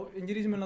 injuries